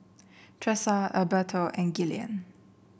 Tressa Alberto and Gillian